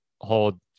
hold